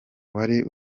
wari